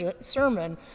sermon